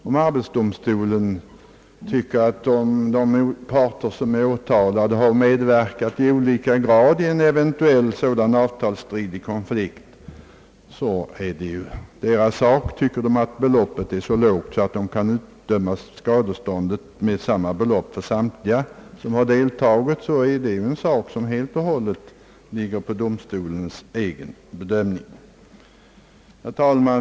Om arbetsdomstolen anser att de parter som är åtalade har medverkat i olika grad i en sådan avtalsstridig konflikt är det deras sak. Om arbetsdomstolen tycker att beloppet är så lågt att samma belopp kan utdömas för samtliga deltagare i konflikten är detta helt och hållet beroende av domstolens egen bedömning. Herr talman!